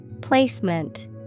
Placement